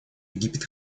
египет